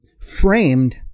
framed